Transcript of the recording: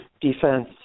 Defense